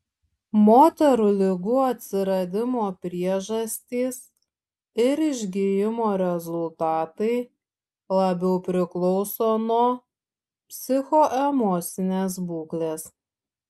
moterų ligų atsiradimo priežastys ir išgijimo rezultatai labiau priklauso nuo psichoemocinės būklės